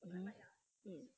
mmhmm hmm